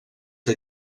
que